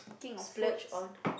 splurge on